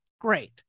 great